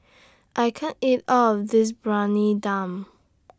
I can't eat All of This Briyani Dum